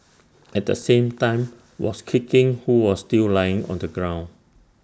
at the same time was kicking who was still lying on the ground